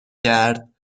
کرد